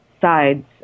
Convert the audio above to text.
sides